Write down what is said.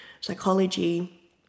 psychology